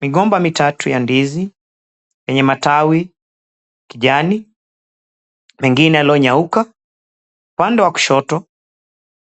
Migomba mitatu ya ndizi yenye matawi kijani, mengine yaliyo nyauka. Upande wa kushoto